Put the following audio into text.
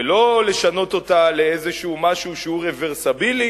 ולא לשנות אותה לאיזשהו משהו שהוא רוורסבילי,